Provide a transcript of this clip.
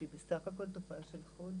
שהיא בסך הכל תופעה של חודש,